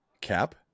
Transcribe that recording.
Cap